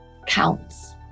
counts